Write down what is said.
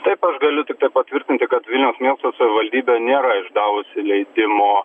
taip aš galiu tiktai patvirtinti kad vilniaus miesto savivaldybė nėra išdavusi leidimo